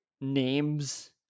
names